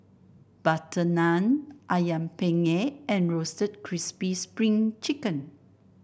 butter naan ayam penyet and Roasted Crispy Spring Chicken